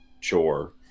chore